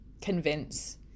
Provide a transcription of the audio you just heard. convince